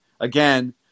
again